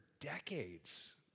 decades